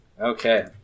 Okay